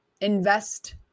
invest